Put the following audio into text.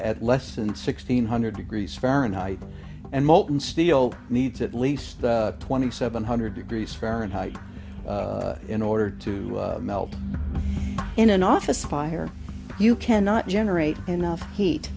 at less than sixteen hundred degrees fahrenheit and molten steel needs at least twenty seven hundred degrees fahrenheit in order to melt in an office fire you cannot generate enough heat